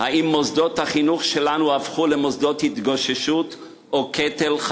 האם מוסדות החינוך שלנו הפכו למוסדות התגוששות או קטל,